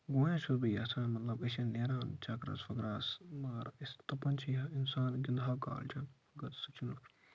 گۄڈنٮ۪تھ چھُس بہٕ یژھان مطلب أسۍ چھِنہٕ نیران چکرس وکرس مگر أسۍ دپان چھِ یہِ انسان گِنٛدہو کالچن مگر سُہ چھِنہٕ